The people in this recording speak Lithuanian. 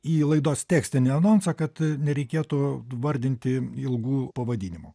į laidos tekstinį anonsą kad nereikėtų vardinti ilgų pavadinimų